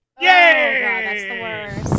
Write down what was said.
Yay